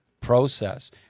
process